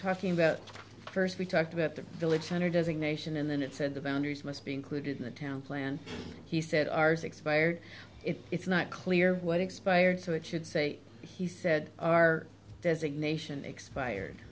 talking about first we talked about the village center designation and then it said the boundaries must be included in the town plan he said ours expired if it's not clear what expired so it should say he said our designation expired